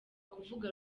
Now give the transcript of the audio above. kuvuga